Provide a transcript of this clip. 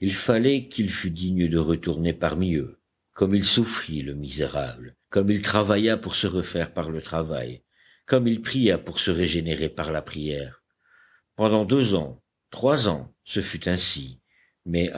il fallait qu'il fût digne de retourner parmi eux comme il souffrit le misérable comme il travailla pour se refaire par le travail comme il pria pour se régénérer par la prière pendant deux ans trois ans ce fut ainsi mais